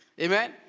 Amen